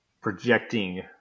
projecting